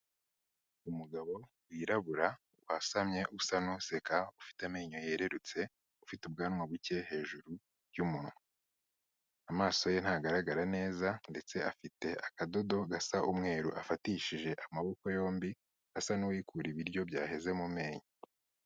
Umugabo wirabura wasamye usa n'useka, ufite amenyo yererutse, ufite ubwanwa buke hejuru y'umunwa, amaso ye ntagaragara neza ndetse afite akadodo gasa umweru afatishije amaboko yombi asa n'uwikura ibiryo byaheze mu menyo.